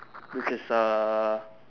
this is a